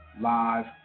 live